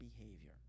behavior